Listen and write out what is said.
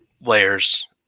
layers